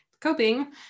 coping